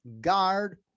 guard